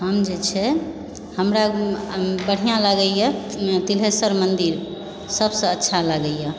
हम जे छै हमरा बढ़िऑं लागैया तिल्हेश्वर मन्दिर सबसे अच्छा लागैया